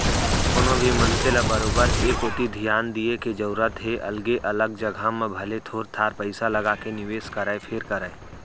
कोनो भी मनसे ल बरोबर ए कोती धियान दिये के जरूरत हे अलगे अलग जघा म भले थोर थोर पइसा लगाके निवेस करय फेर करय